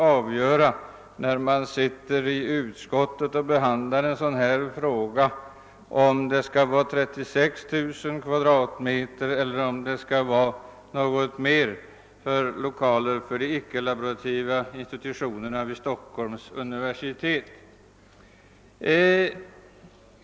För den som har att i utskottet ta ställning till en sådan fråga är det mycket svårt att avgöra, huruvida det behövs 36 000 kvm eller något mera.